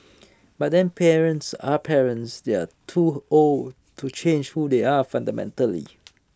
but then parents are parents they are too old to change who they are fundamentally